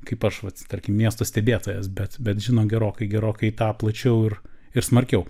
kaip aš vat tarkim miesto stebėtojas bet bet žino gerokai gerokai tą plačiau ir ir smarkiau